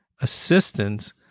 assistance